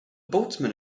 boltzmann